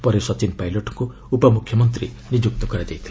ପରେ ସଚିନ ପାଇଲଟ୍ଙ୍କୁ ଉପମୁଖ୍ୟମନ୍ତ୍ରୀ ନିଯୁକ୍ତ କରାଯାଇଛି